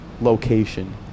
location